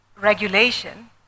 regulation